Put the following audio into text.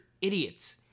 idiots